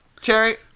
cherry